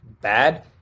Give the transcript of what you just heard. bad